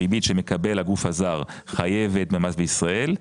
הריבית שמקבל הגוף הזר חייבת במס בישראל,